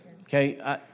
Okay